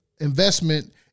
investment